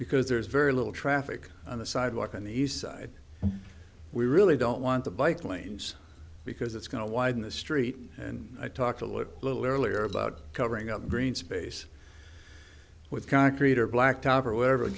because there's very little traffic on the sidewalk on the east side and we really don't want the bike lanes because it's going to widen the street and i talked a little earlier about covering up green space with concrete or blacktop or whatever the